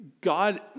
God